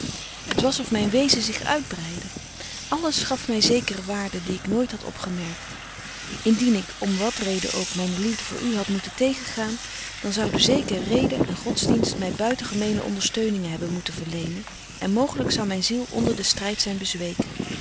t was of myn wezen zich uitbreidde alles gaf my zekere waarde die ik nooit had opgemerkt indien ik om wat reden ook myne liefde voor u had moeten tegengaan dan zeker zouden reden en godsdienst my buitengemene ondersteuningen hebben moeten verlenen en mooglyk zou myn ziel onder den stryd zyn bezweken